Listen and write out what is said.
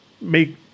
make